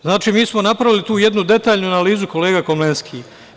Znači, mi smo napravili tu jednu detaljnu analizu, kolega Komlenski.